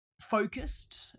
focused